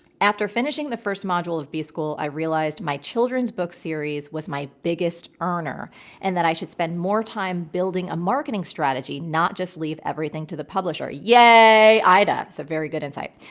after finishing the first module of b-school, i realized my children's book series was my biggest earner and that i should spend more time building a marketing strategy, not just leave everything to the publisher. yay, ida! this is a very good insight.